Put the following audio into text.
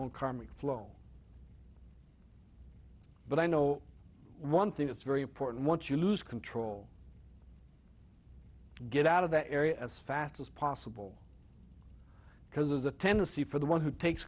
karmic flow but i know one thing that's very important once you lose control get out of the area as fast as possible because there's a tendency for the one who takes